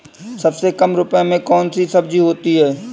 सबसे कम रुपये में कौन सी सब्जी होती है?